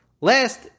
Last